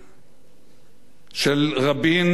של רבין היתה גם היא ייחודית.